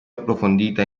approfondita